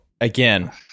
again